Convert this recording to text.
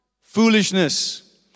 foolishness